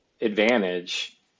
advantage